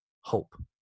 hope